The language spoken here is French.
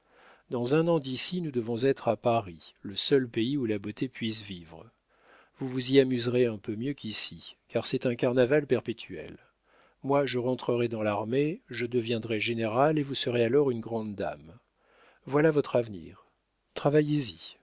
dans un an d'ici nous devons être à paris le seul pays où la beauté puisse vivre vous vous y amuserez un peu mieux qu'ici car c'est un carnaval perpétuel moi je rentrerai dans l'armée je deviendrai général et vous serez alors une grande dame voilà votre avenir